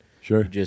Sure